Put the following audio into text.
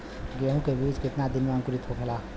गेहूँ के बिज कितना दिन में अंकुरित होखेला?